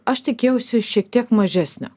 aš tikėjausi šiek tiek mažesnio